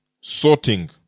sorting